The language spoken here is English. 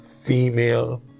female